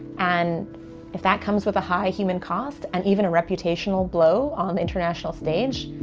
and if that comes with a high human cost and even a reputational blow on the international stage,